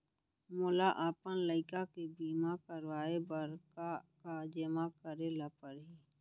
मोला अपन लइका के बीमा करवाए बर का का जेमा करे ल परही?